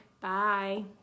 Bye